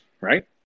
right